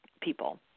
people